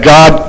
God